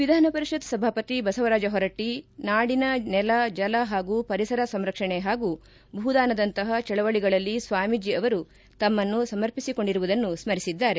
ವಿಧಾನಪರಿಷತ್ ಸಭಾಪತಿ ಬಸವರಾಜ ಹೊರಟ್ಟಿ ನಾಡಿನ ನೆಲ ಜಲ ಹಾಗೂ ಪರಿಸರ ಸಂರಕ್ಷಣೆ ಹಾಗೂ ಭೂದಾನದಂತಹ ಚಳವಳಿಗಳಲ್ಲಿ ಸ್ವಾಮೀಜಿ ಅವರು ತಮ್ಮನ್ನು ಸಮರ್ಪಿಸಿಕೊಂಡಿರುವುದನ್ನು ಸ್ಮರಿಸಿದ್ದಾರೆ